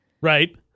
Right